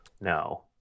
No